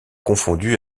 confondu